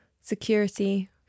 security